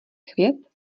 chvět